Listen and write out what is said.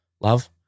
Love